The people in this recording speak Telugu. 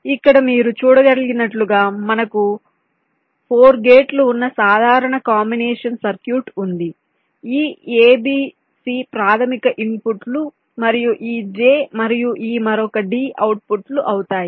కాబట్టి ఇక్కడ మీరు చూడగలిగినట్లుగా మనకు 4 గేట్లు వున్న సాధారణ కాంబినేషన్ సర్క్యూట్ ఉంది ఈ ABC ప్రాధమిక ఇన్పుట్లు మరియు ఈ J మరియు ఈ మరొక D అవుట్పుట్లు అవుతాయి